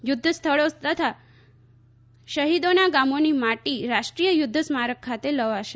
યુદ્ધ સ્થળો તથા શહીદોના ગામોની માટી રાષ્ટ્રીય યુદ્ધ સ્મારક ખાતે લવાશે